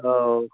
औ